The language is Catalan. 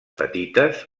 petites